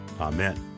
Amen